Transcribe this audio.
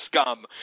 scum